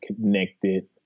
connected